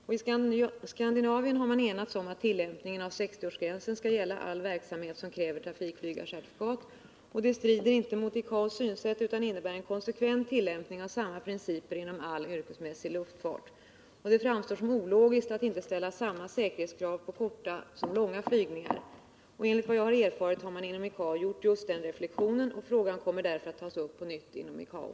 I Skandinavien har man enats om att 60-årsgränsen skall tillämpas i all verksamhet som kräver trafikflygarcertifikat. Detta strider inte mot ICAO:s synsätt utan innebär en konsekvent tillämpning av samma principer inom all yrkesmässig luftfart. Det framstår som ologiskt att inte ställa samma säkerhetskrav på korta som på långa flygningar. Enligt vad jag har erfarit har man inom ICAO gjort just den reflexionen, och frågan kommer därför att tas upp på nytt inom ICAO.